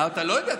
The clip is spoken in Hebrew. אתה לא יודע.